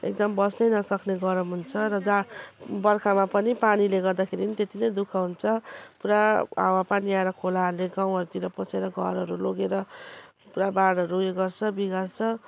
एकदम बस्नै नसक्ने गरम हुन्छ र जहाँ बर्खामा पनि पानीले गर्दाखेरि त्यति नै दुःख हुन्छ पुरा हावा पानी आएर खोलाहरूले गाउँहरूतिर पसेर घरहरू लगेर पुरा बाढहरू उयो गर्छ बिगार्छ